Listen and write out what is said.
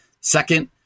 Second